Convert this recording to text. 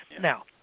Now